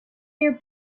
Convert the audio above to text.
your